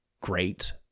great